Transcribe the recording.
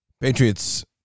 Patriots